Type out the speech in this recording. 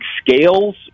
scales